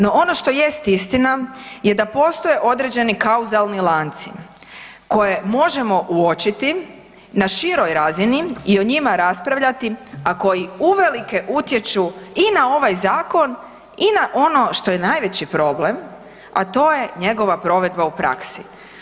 No ono što jest istina je da postoje određeni kauzalni lanci koje možemo uočiti na široj razini i o njima raspravljati, a koji uvelike utječu i na ovaj zakon i na ono što je najveći problem, a to je njegova provedba u praksi.